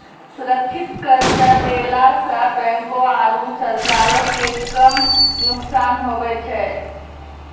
सुरक्षित कर्जा देला सं बैंको आरू सरकारो के कम नुकसान हुवै छै